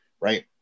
right